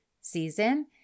season